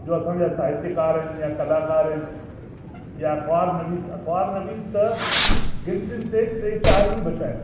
जो असांजा साहित्यकार आहिनि या कलाकार आहिनि या अख़बार नवीस अख़बार नवीस त गिनतीनि ते टे चार ई बचिया आहिनि